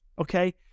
okay